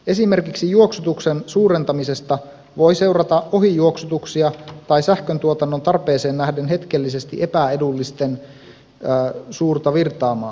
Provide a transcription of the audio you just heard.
esimerkiksi juoksutuksen suurentamisesta voi seurata ohijuoksutuksia tai sähköntuotannon tarpeeseen nähden hetkellisesti epäedullisen suurta virtaamaa